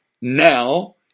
now